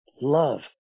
love